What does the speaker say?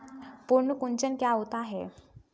पर्ण कुंचन क्या होता है?